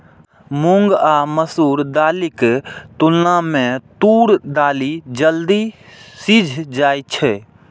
मूंग आ मसूर दालिक तुलना मे तूर दालि जल्दी सीझ जाइ छै